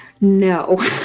No